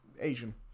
Asian